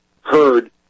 heard